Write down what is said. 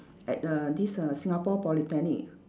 at err this err Singapore Polytechnic